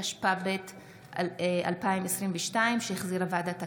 התשפ"ב 2022, שהחזירה ועדת הכספים.